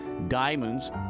Diamonds